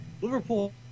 Liverpool